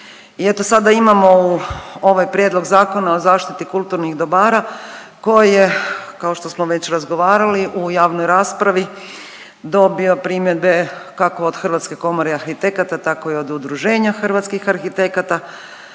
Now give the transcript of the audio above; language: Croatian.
I eto sada imamo u ovaj prijedlog Zakona o zaštiti kulturnih dobara koji je kao što smo već razgovarali u javnoj raspravi dobio primjedbe kako od Hrvatske komore arhitekata tako i od Udruženja hrvatskih arhitekata